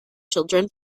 children